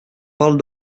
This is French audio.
parle